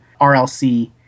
RLC